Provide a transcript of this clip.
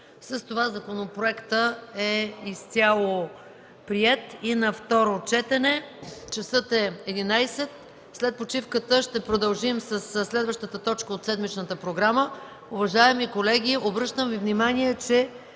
С това законопроектът е изцяло приет и на второ четене. Часът е 11,00. След почивката ще продължим със следващата точка от седмичната програма. Уважаеми колеги, обръщам Ви внимание, че